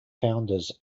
founders